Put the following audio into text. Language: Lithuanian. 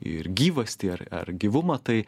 ir gyvastį ar ar gyvumą tai